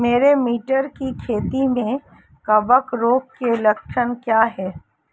मेरी मटर की खेती में कवक रोग के लक्षण क्या हैं?